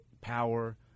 power